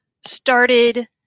started